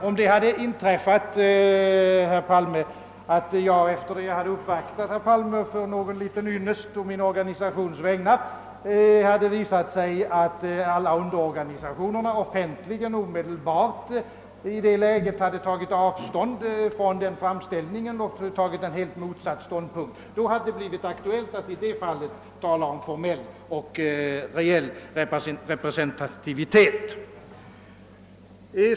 Om jag hade uppvaktat herr Palme för att utverka någon liten ynnest på min organisations vägnar och det hade visat sig, att alla underorganisationer offentligen omedelbart i detta läge hade tagit avstånd från denna framställning och intagit en rakt motsatt ståndpunkt, skulle det i detta fall ha blivit aktuellt att skilja mellan formell och reell representativitet.